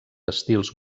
estils